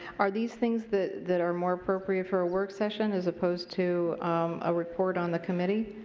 are these things that that are more appropriate for a work session as opposed to a report on the committee?